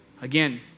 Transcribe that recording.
again